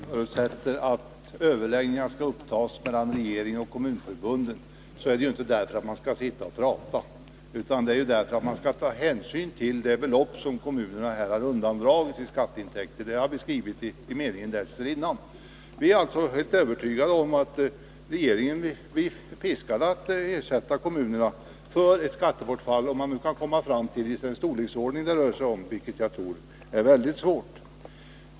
Fru talman! När vi har skrivit att vi förutsätter att överläggningar skall upptas mellan regeringen och Kommunförbundet är det inte för att man skall sitta och prata utan därför att man skall ta hänsyn till de belopp som kommunerna har undandragits i skatteintäkter. Det har vi skrivit i meningen dessförinnan. Vi är alltså helt övertygade om att regeringen blir piskad att ersätta kommunerna för ett skattebortfall — om man nu kan komma fram till vilken storleksordning det rör sig om, något som jag tror är mycket svårt.